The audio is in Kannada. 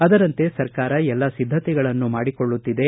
ಅದರಂತೆ ಸರಕಾರ ಎಲ್ಲ ಸಿದ್ಧತೆಗಳನ್ನೂ ಮಾಡಿಕೊಳ್ಳುತ್ತಿದೆ